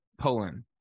Poland